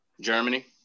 Germany